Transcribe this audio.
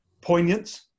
poignant